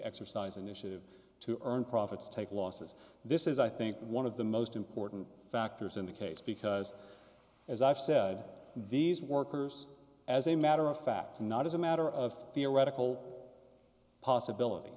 exercise initiative to earn profits take losses this is i think one of the most important factors in the case because as i've said these workers as a matter of fact not as a matter of theoretical possibility